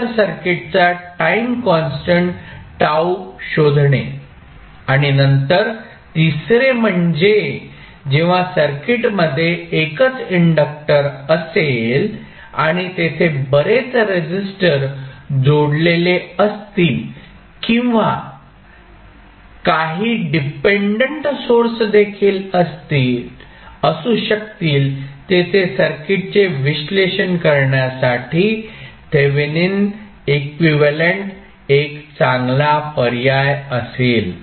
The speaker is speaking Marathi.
नंतर सर्किटचा टाईम कॉन्स्टंट T शोधणे आणि नंतर तिसरे म्हणजे जेव्हा सर्किटमध्ये एकच इंडक्टर असेल आणि तेथे बरेच रेसिस्टर जोडलेले असतील किंवा काही डिपेंडंट सोर्स देखील असू शकतील तेथे सर्किटचे विश्लेषण करण्यासाठी थेवेनिन इक्विव्हॅलेंट एक चांगला पर्याय असेल